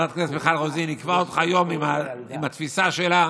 חברת הכנסת מיכל רוזין עיכבה אותך היום עם התפיסה שלה,